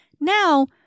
Now